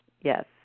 yes